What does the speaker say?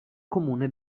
comune